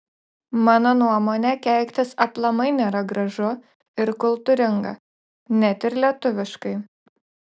mano nuomone keiktis aplamai nėra gražu ir kultūringa net ir lietuviškai